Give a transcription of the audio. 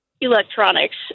Electronics